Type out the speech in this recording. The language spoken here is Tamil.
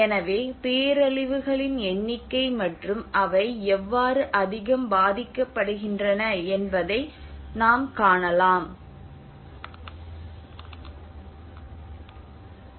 எனவே பேரழிவுகளின் எண்ணிக்கை மற்றும் அவை எவ்வாறு அதிகம் பாதிக்கப்படுகின்றன என்பதை நாம் காணலாம்